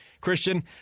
Christian